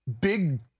big